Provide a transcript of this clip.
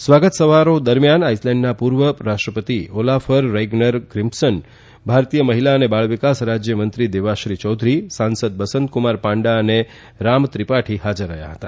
સ્વાગત સમારોહ દરમિયાન આઈસલેન્ડના પૂર્વ રાષ્ટ્રપતિ ઓલાફર રૈગનર ગ્રિમ્સન ભારતીય મહિલા અને બાળ વિકાસ રાજ્યમંત્રી દેવાશ્રી ચૌધરી સાંસદ બસંતકુમાર પાંડા અને રામ ત્રિપાઠી હાજર રહ્યા હતા